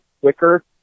quicker